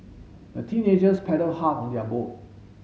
the teenagers paddled hard on their boat